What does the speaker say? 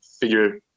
figure